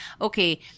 okay